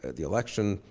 the election,